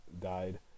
died